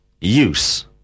use